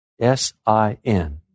S-I-N